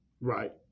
right